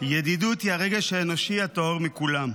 ידידות היא הרגש האנושי הטהור מכולם.